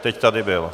Teď tady byl.